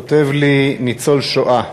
כותב לי ניצול שואה: